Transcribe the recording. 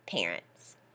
parents